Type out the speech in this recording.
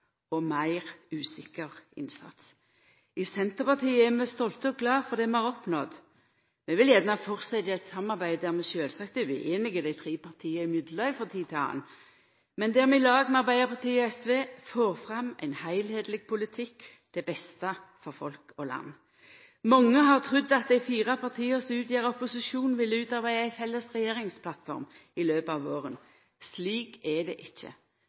og meir usikker innsats. I Senterpartiet er vi stolte og glade for det vi har oppnådd. Vi vil gjerne fortsetja eit samarbeid – sjølvsagt er det usemje dei tre partia imellom frå tid til anna – der vi i lag med Arbeidarpartiet og SV får fram ein heilskapleg politikk til beste for folk og land. Mange har trudd at dei fire partia som utgjer opposisjonen, ville utarbeida ei felles regjeringsplattform i løpet av våren. Slik er det ikkje.